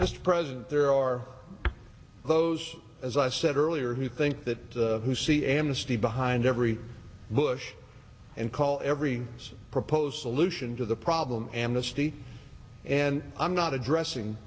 as president there are those as i said earlier who think that who see amnesty behind every bush and call every proposed solution to the problem amnesty and i'm not addressing